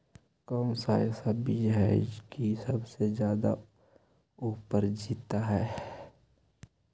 कौन सा ऐसा बीज है की सबसे ज्यादा ओवर जीता है?